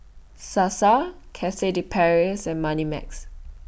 Sasa Cafe De Paris and Moneymax